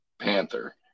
panther